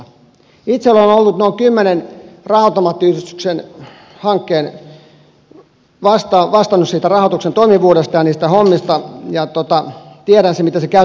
itse olen vastannut noin kymmenen raha automaattiyhdistyksen hankkeen rahoituksen toimivuudesta ja niistä hommista ja tiedän sen mitä se käytännön tasolla on